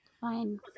Fine